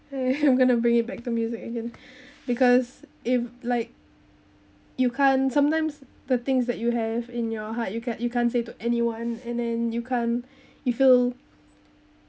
I'm going to bring it back to music again because if like you can't sometimes the things that you have in your heart you can't you can't say to anyone and then you can't you feel